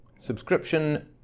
subscription